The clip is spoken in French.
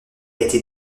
été